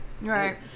Right